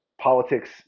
politics